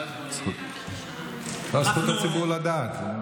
זכות הציבור לדעת.